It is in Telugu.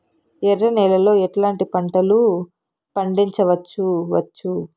ఎర్ర నేలలో ఎట్లాంటి పంట లు పండించవచ్చు వచ్చు?